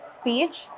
speech